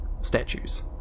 statues